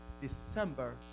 December